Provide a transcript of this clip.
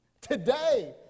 Today